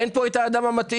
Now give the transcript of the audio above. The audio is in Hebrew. אין פה את האדם המתאים.